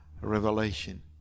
Revelation